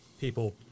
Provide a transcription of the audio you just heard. people